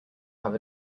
have